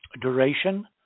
duration